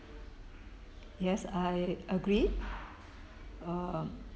yes I agree err